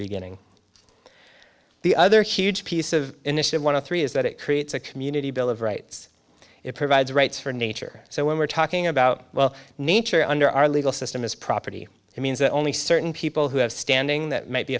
beginning the other huge piece of initiative one of three is that it creates a community bill of rights it provides rights for nature so when we're talking about well nature under our legal system is property means that only certain people who have standing that m